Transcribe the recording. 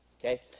okay